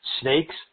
Snakes